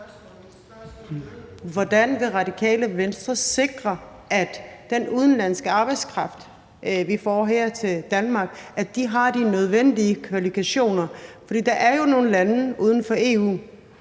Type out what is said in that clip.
Hvordan vil Radikale Venstre sikre, at den udenlandske arbejdskraft, vi får her til Danmark, har de nødvendige kvalifikationer? Der er jo nogle lande uden for EU,